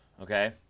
okay